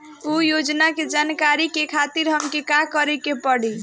उ योजना के जानकारी के खातिर हमके का करे के पड़ी?